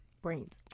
brains